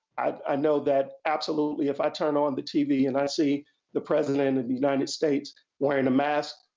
i know that, absolutely, if i turn on the tv and i see the president of the united states wearing a mask,